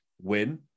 win